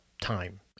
time